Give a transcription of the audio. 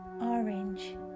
orange